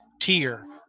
tier